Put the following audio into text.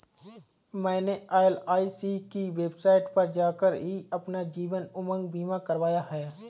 मैंने एल.आई.सी की वेबसाइट पर जाकर ही अपना जीवन उमंग बीमा करवाया है